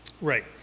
Right